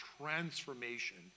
transformation